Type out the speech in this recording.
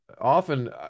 often